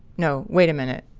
no. wait a minute.